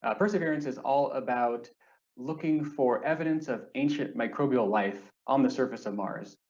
ah perseverance is all about looking for evidence of ancient microbial life on the surface of mars,